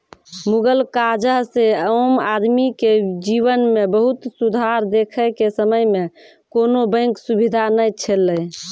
मुगल काजह से आम आदमी के जिवन मे बहुत सुधार देखे के समय मे कोनो बेंक सुबिधा नै छैले